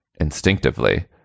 instinctively